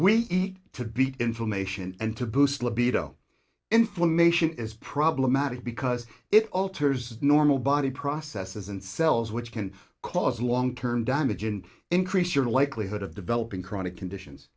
to beat inflammation and to boost libido inflammation is problematic because it alters normal body processes and cells which can cause long term damage and increase your likelihood of developing chronic conditions